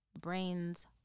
brains